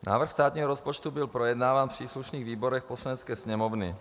Návrh státního rozpočtu byl projednáván v příslušných výborech Poslanecké sněmovny.